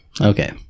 Okay